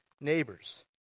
neighbors